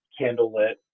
candlelit